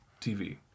TV